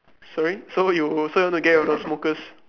sorry so you so you want to get rid of the smokers